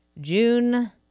June